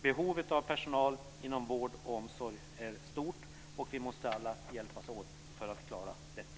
Behovet av personal inom vård och omsorg är stort. Vi måste alla hjälpas åt med att klara detta.